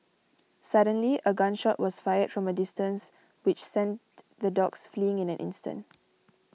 suddenly a gun shot was fired from a distance which sent the dogs fleeing in an instant